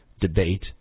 debate